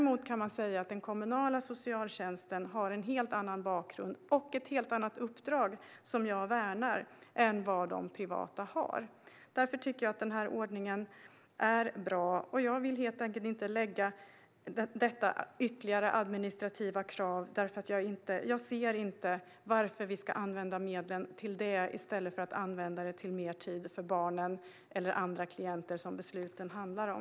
Man kan däremot säga att den kommunala socialtjänsten har en helt annan bakgrund och ett helt annat uppdrag, som jag värnar, än vad de privata har. Därför tycker jag att denna ordning är bra. Och jag vill helt enkelt inte lägga till ytterligare administrativa krav, för jag ser inte varför vi ska använda medlen till detta i stället för till mer tid för barnen eller andra klienter som besluten handlar om.